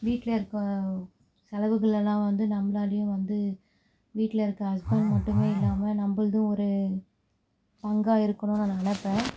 வீட்டில் இருக்க செலவுகளெல்லாம் வந்து நம்மளாலையும் வந்து வீட்டில் இருக்க ஹஸ்பண்ட் மட்டுமே இல்லாமல் நம்மள்தும் ஒரு பங்காக இருக்கணுன்னு நான் நினப்பேன்